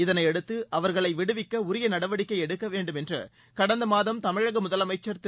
இதனையடுத்து அவர்களை விடுவிக்க உரிய நடவடிக்கை எடுக்க வேண்டும் என்று கடந்த மாதம் தமிழக முதலமைச்சர் திரு